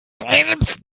selbst